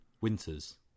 winters